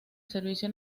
servicio